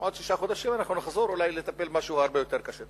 עוד שישה חודשים אנחנו נחזור אולי לטפל במשהו הרבה יותר קשה.